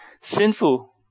Sinful